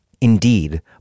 Indeed